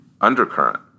undercurrent